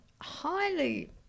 highly